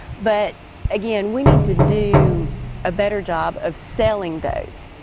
but again, we need to do a better job of selling those.